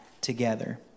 together